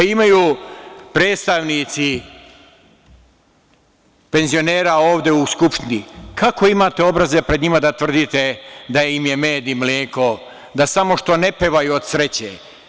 Imaju predstavnici penzionera ovde u Skupštini, kako imate obraza pred njima da tvrdite da im je med i mleko, da samo što ne pevaju od sreće?